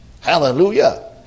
Hallelujah